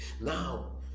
Now